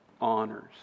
honors